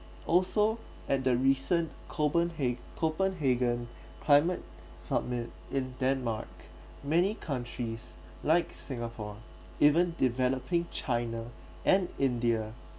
also at the recent copenha~ copenhagen climate summit in denmark many countries like singapore even developing china and india